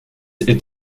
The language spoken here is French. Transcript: est